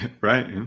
Right